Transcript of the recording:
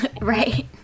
right